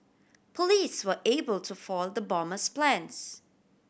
police were able to foil the bomber's plans